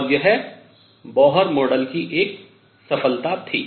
और यह Bohr model की एक सफलता थी